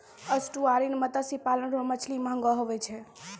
estuarine मत्स्य पालन रो मछली महगो हुवै छै